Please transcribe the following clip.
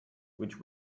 which